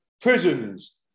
prisons